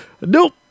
Nope